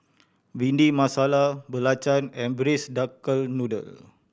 Bhindi Masala belacan and Braised Duck Noodle